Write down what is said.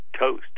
toast